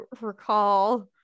recall